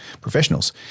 professionals